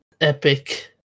epic